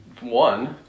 one